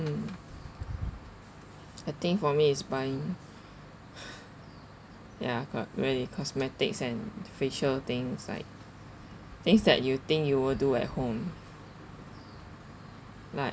mm I think for me it's buying ya co~ really cosmetics and facial things like things that you think you will do at home like